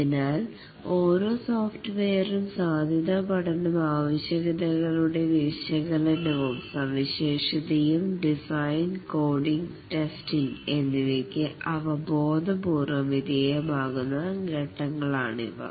അതിനാൽ ഓരോ സോഫ്റ്റ്വെയറും സാധ്യതാപഠന ആവശ്യകത കളുടെ വിശകലനവും സവിശേഷതയും ഡിസൈൻ കോഡിങ് ടെസ്റ്റിംഗ് എന്നിവയ്ക്ക് അവ ബോധപൂർവം വിധേയമാകുന്ന ഘട്ടങ്ങൾ ആണിവ